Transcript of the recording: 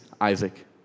Isaac